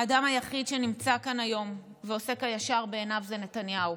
האדם היחיד שנמצא כאן היום ועושה כישר בעיניו זה נתניהו.